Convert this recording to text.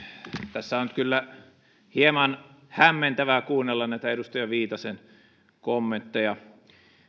tässä on nyt kyllä hieman hämmentävää kuunnella näitä edustaja viitasen kommentteja